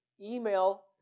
email